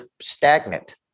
stagnant